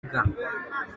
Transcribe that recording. bwa